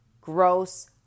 gross